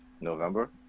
November